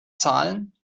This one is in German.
zahlen